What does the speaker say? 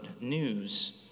news